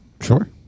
Sure